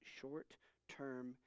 short-term